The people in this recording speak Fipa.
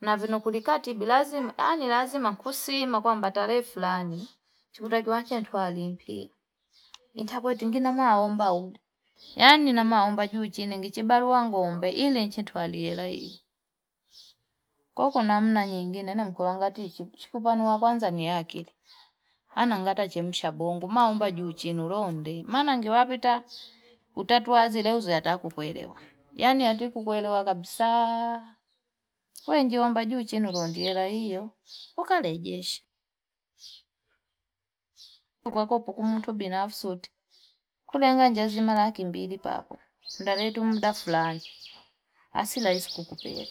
Na vino kulikatiba, anilazima kusima kwa mbatarei fulani. Chiputaki wangu ntua alimpia. Indi nta koe iti ngina maaomba uli. Yani na maaomba juchi inengichibaru wangu umbe, ili nchituwali hira iyo. Koko na mna nyingine, nemu kulangati, chikubanu wangu anza ni akili. Anangata chemu shabongu, maaomba juchi inuronde. Manangi wapita, utatuazile uziata kukuelewa. Yani atiku kuelewa kabisa. Kwenji waomba juchi inuronde hira iyo. Kuka lejeshi. Kwa kopu kumutu binafusuti, kulenga jazima nakimbiri pako. Mdaletu mda fulani. Asila iskukupia.